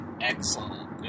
excellent